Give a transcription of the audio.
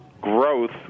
growth